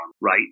right